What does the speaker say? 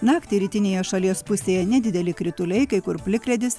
naktį rytinėje šalies pusėje nedideli krituliai kai kur plikledis